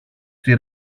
στη